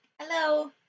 Hello